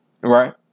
right